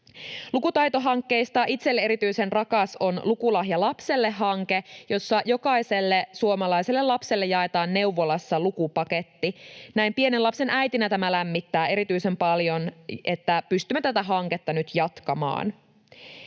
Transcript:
Lukutaitohankkeista itselleni erityisen rakas on Lukulahja lapselle ‑hanke, jossa jokaiselle suomalaiselle lapselle jaetaan neuvolassa lukupaketti. Näin pienen lapsen äitinä tämä lämmittää erityisen paljon, että pystymme tätä hanketta nyt jatkamaan.